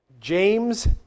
James